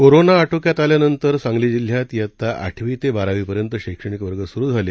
कोरोनाआटोक्यातआल्यानंतरसांगलीजिल्ह्यात बेत्ताआठवीतेबारावीपर्यंतशैक्षणिकवर्गस्रूझाले